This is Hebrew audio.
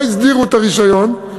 לא הסדירו את הרישיון.